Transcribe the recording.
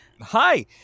Hi